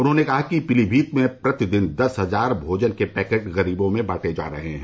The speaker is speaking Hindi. उन्होंने कहा कि पीलीभीत में प्रतिदिन दस हजार भोजन के पैकेट गरीबों में बांटे जा रहे हैं